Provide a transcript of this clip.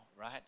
right